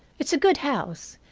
it's a good house,